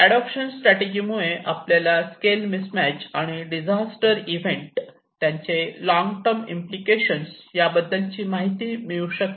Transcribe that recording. adoption strategy मुळे आपल्याला scale mismatch आणि डिझास्टर इव्हेंट त्यांचे लॉन्ग टर्म इम्प्लिकेशन्स या बद्दल माहिती मिळू शकते